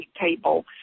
table